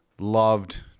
loved